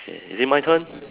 okay is it my turn